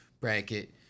bracket